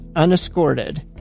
unescorted